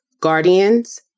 guardians